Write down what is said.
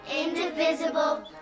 indivisible